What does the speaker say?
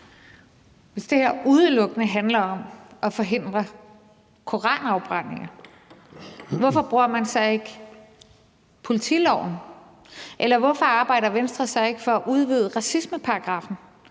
Hvis det her udelukkende handler om at forhindre koranafbrændinger, hvorfor bruger man så ikke politiloven? Eller hvorfor arbejder Venstre så ikke for at udvide racismeparagraffen,